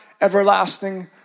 everlasting